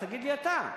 אז תגיד לי אתה,